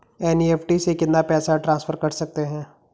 NEFT से कितना पैसा ट्रांसफर कर सकते हैं?